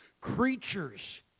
creatures